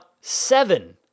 seven